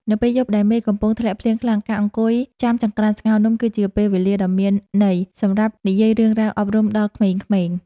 នៅពេលយប់ដែលមេឃកំពុងភ្លៀងធ្លាក់ខ្លាំងការអង្គុយចាំចង្ក្រានស្ងោរនំគឺជាពេលវេលាដ៏មានន័យសម្រាប់និយាយរឿងរ៉ាវអប់រំដល់ក្មេងៗ។